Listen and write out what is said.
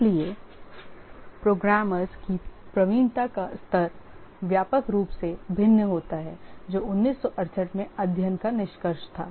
इसलिए प्रोग्रामर्स की प्रवीणता का स्तर व्यापक रूप से भिन्न होता है जो 1968 में अध्ययन का निष्कर्ष था